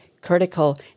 critical